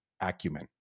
acumen